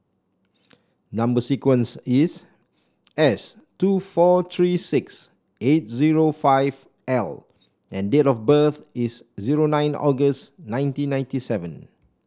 number sequence is S two four three six eight zero five L and date of birth is zero nine August nineteen ninety seven